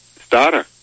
starter